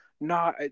No